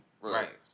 Right